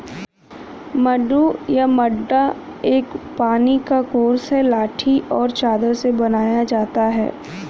मड्डू या मड्डा एक पानी का कोर्स है लाठी और चादर से बनाया जाता है